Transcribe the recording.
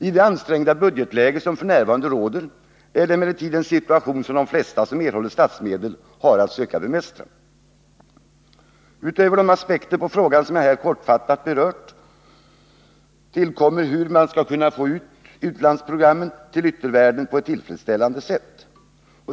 I det ansträngda budgetläge som f.n. råder är detta emellertid en situation som de flesta, som erhåller statsmedel, har att söka bemästra. Utöver de aspekter på frågan som jag här kortfattat berört tillkommer hur utlandsprogrammet skall kunna nå ut till yttervärlden på ett tillfredsställande sätt.